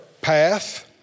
path